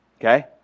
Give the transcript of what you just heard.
Okay